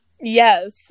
Yes